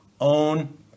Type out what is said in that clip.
own